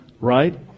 right